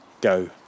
Go